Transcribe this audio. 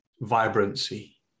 vibrancy